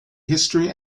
history